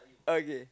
okay